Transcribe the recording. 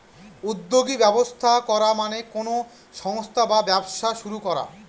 উদ্যোগী ব্যবস্থা করা মানে কোনো সংস্থা বা ব্যবসা শুরু করা